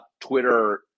Twitter